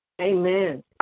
Amen